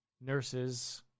nurses